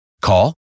Call